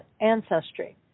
ancestry